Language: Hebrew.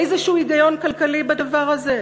איזשהו היגיון כלכלי בדבר הזה?